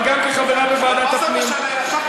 אבל גם כחברה בוועדת הפנים.